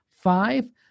five